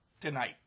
tonight